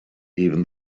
even